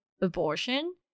abortion